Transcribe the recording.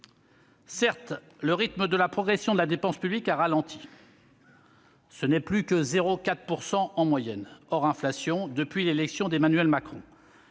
Certes, le rythme de la progression de la dépense publique a ralenti et n'est plus que de 0,4 % en moyenne, hors inflation, depuis l'élection d'Emmanuel Macron.